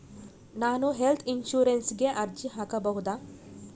ನಾನು ಹೆಲ್ತ್ ಇನ್ಶೂರೆನ್ಸಿಗೆ ಅರ್ಜಿ ಹಾಕಬಹುದಾ?